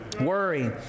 Worry